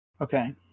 Okay